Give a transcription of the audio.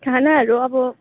खानाहरू अब